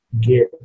get